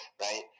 right